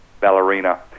ballerina